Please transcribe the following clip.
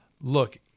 Look